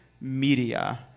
media